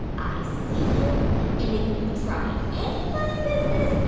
i see and if you try any funny business,